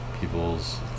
people's